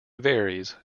varies